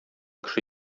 кеше